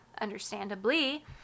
understandably